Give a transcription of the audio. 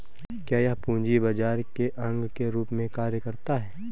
क्या यह पूंजी बाजार के अंग के रूप में कार्य करता है?